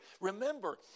Remember